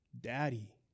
Daddy